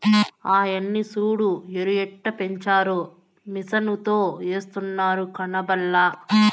ఆయన్ని సూడు ఎరుయెట్టపెంచారో మిసనుతో ఎస్తున్నాడు కనబల్లా